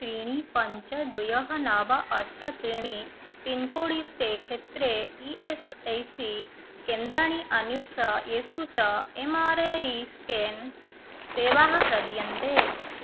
त्रीणि पञ्च द्वयोः नव अष्ट त्रीणि पिन्कोड् युक्ते क्षेत्रे ई एस् ऐ सी केन्द्राणि अन्विष येषु च एम् आर् ऐ स्केन् सेवाः प्रदीयन्ते